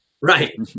Right